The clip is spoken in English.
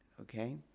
okay